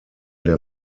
der